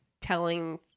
telling